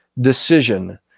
decision